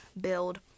build